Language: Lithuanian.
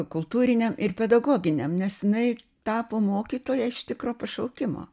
kultūriniam ir pedagoginiam nes jinai tapo mokytoja iš tikro pašaukimo